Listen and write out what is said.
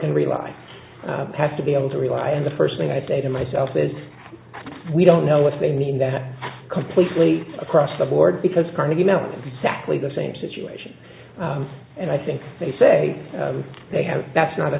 can rely have to be able to rely on the for when i say to myself as we don't know if they mean that completely across the board because carnegie mellon exactly the same situation and i think they say they have that's not a